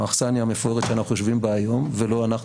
האכסניה המפוארת שאנחנו יושבים בה היום ולא אנחנו